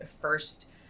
first